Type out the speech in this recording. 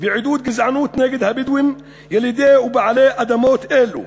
ועידוד גזענות נגד הבדואים ילידי ובעלי אדמות אלו.